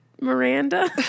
Miranda